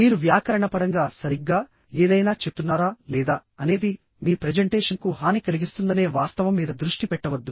మీరు వ్యాకరణపరంగా సరిగ్గా ఏదైనా చెప్తున్నారా లేదా అనేది మీ ప్రెజెంటేషన్కు హాని కలిగిస్తుందనే వాస్తవం మీద దృష్టి పెట్టవద్దు